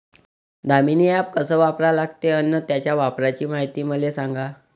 Damini app कस वापरा लागते? अन त्याच्या वापराची मायती मले सांगा